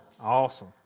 Awesome